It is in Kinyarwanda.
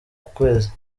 kwezi